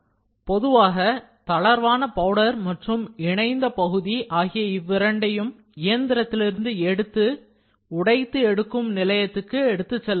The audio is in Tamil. பொதுவாக தளர்வான பவுடர் மற்றும் இணைந்த பகுதி ஆகிய இவ்விரண்டையும் இயந்திரத்திலிருந்து எடுத்து உடைத்து எடுக்கும் நிலையத்துக்கு எடுத்துச்செல்லப்படும்